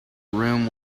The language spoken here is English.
room